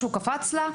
משהו קפץ לה.